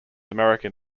american